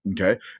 Okay